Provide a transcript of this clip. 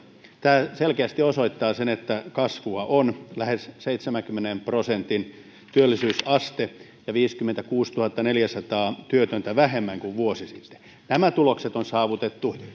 tämä selkeästi osoittaa sen että kasvua on lähes seitsemänkymmenen prosentin työllisyysaste ja viisikymmentäkuusituhattaneljäsataa työtöntä vähemmän kuin vuosi sitten nämä tulokset on saavutettu